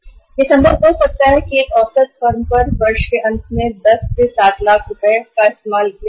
यह संभव हो सकता है कि एक औसत फर्म वर्ष के अंत तक 10 लाख रुपए में से केवल 7 लाख रुपए का ही इस्तेमाल करें